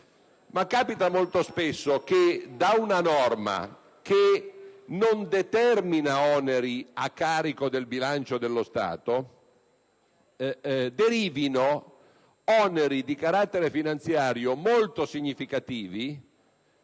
Capita molto spesso però che da una norma che non comporta oneri a carico del bilancio dello Stato derivino oneri di carattere finanziario molto significativi